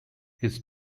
his